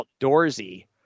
outdoorsy